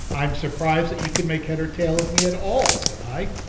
i'm surprised that you can make head or tail of me at all, said i.